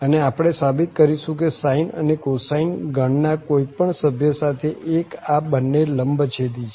અને આપણે સાબિત કરીશું કે sine કે cosine ગણ ના કોઈ પણ સભ્ય સાથે 1 આ બન્ને લંબછેદી છે